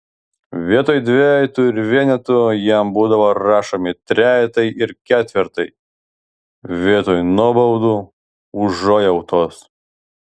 vietoj dvejetų ir vienetų jam būdavo rašomi trejetai ir ketvirtai vietoj nuobaudų užuojautos